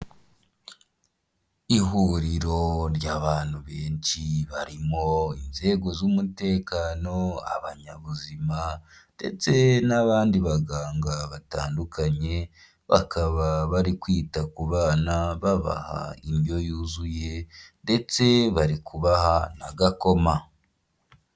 Ihuriro ry'abantu benshi barimo inzego z'umutekano, abanyabuzima ndetse n'abandi baganga batandukanye, bakaba bari kwita ku bana babaha indyo yuzuye ndetse bari kubaha n'agakoma.